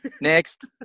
Next